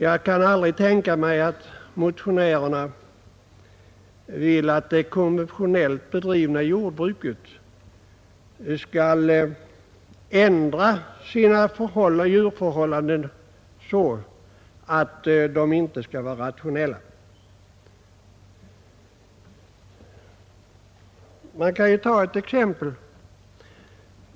Jag kan aldrig tänka mig att motionärerna vill att det konventionellt bedrivna jordbruket skall ändra sin djurhållning så att den inte längre är rationell. Jag kan ta ett exempel.